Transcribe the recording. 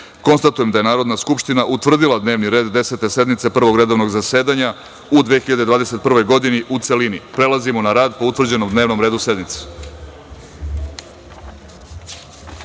sedmoro. Konstatujem da je Narodna skupština utvrdila dnevni red Desete sednice Prvog redovnog zasedanja, u 2021. godini, u celini. Prelazimo na rad po utvrđenom dnevnom redu.D n e